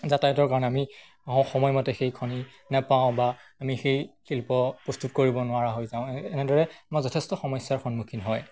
যাতায়তৰ কাৰণে আমি সময়মতে সেই খনি নাপাওঁ বা আমি সেই শিল্প প্ৰস্তুত কৰিব নোৱাৰা হৈ যাওঁ এনেদৰে আমাৰ যথেষ্ট সমস্যাৰ সন্মুখীন হয়